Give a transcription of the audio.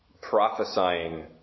Prophesying